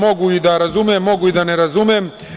Mogu da razumem, a mogu i da ne razumem.